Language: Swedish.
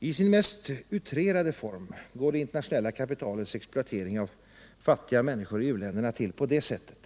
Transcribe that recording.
I sin mest utrerade form går det internationella kapitalets exploatering av fattiga människor i u-länderna till på det sättet